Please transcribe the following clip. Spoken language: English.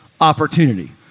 opportunity